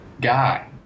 guy